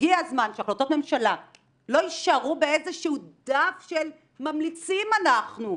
הגיע הזמן שהחלטות ממשלה לא יישארו באיזשהו דף של ממליצים אנחנו,